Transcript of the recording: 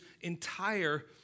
entire